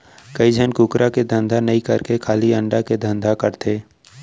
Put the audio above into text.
कइ झन कुकरा के धंधा नई करके खाली अंडा के धंधा करथे